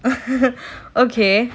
okay